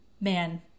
Man